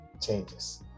changes